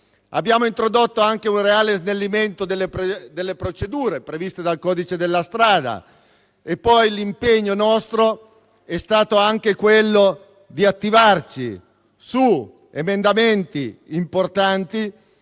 Abbiamo introdotto anche un reale snellimento delle procedure previste dal codice della strada. Il nostro impegno è stato anche quello di attivarci su emendamenti importanti,